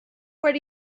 where